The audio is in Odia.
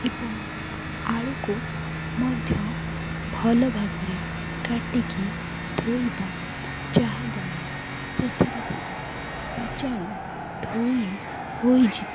ଏବଂ ଆଳୁକୁ ମଧ୍ୟ ଭଲଭାବରେ କାଟିକି ଧୋଇବା ଯାହାଦ୍ୱାରା ସେଥିରେ ଥିବା ବୀଜାଣୁ ଧୋଇ ହୋଇଯିବ